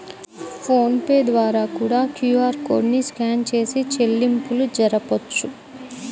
phone pay ద్వారా కూడా QR code ని స్కాన్ చేసి చెల్లింపులు జరపొచ్చు